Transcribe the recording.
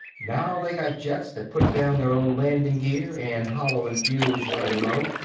now they got jets that put down their own landing-gear, and holler when fuel's running low,